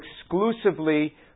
exclusively